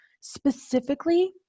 specifically